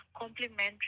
complimentary